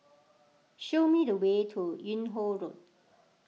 show me the way to Yung Ho Road